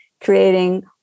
creating